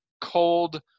cold